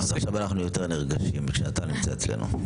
עכשיו אנחנו יותר נרגשים כשאתה נמצא אצלנו.